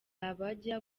abajya